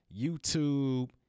YouTube